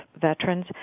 veterans